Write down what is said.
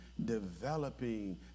developing